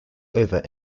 over